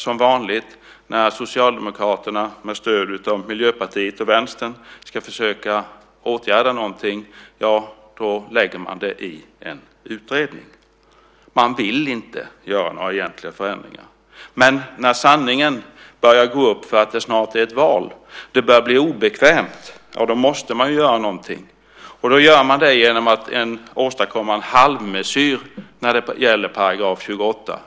Som vanligt, när Socialdemokraterna med stöd av Miljöpartiet och Vänstern ska försöka åtgärda någonting, lägger man det i en utredning. Man vill inte göra några egentliga förändringar. Men när sanningen börjar gå upp, att det snart är val och det börjar bli obekvämt, ja, då måste man ju göra någonting. Då gör man det genom att åstadkomma en halvmesyr när det gäller § 28.